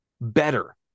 better